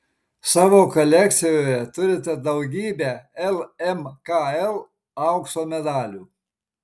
savo kolekcijoje turite daugybę lmkl aukso medalių